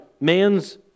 man's